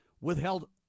withheld